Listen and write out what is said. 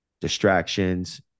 distractions